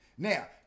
Now